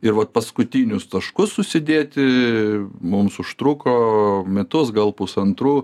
ir vat paskutinius taškus susidėti mums užtruko metus gal pusantrų